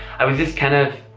i was just kind of,